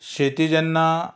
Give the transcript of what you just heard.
शेती जेन्ना